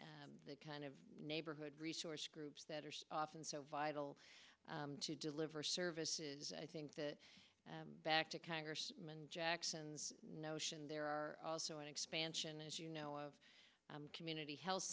n the kind of neighborhood resource groups that are often so vital to deliver services and i think that back to congressman jackson's notion there are also an expansion as you know of community health